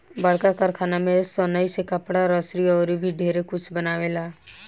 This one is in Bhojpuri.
बड़का कारखाना में सनइ से कपड़ा, रसरी अउर भी ढेरे कुछ बनावेला